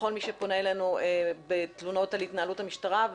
לכל מי שפונה אלינו בתלונות על התנהלות המשטרה.